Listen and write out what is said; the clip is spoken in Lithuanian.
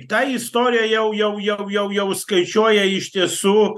ta istorija jau jau jau jau jau skaičiuoja iš tiesų